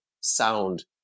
sound